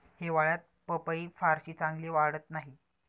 हिवाळ्यात पपई फारशी चांगली वाढत नाही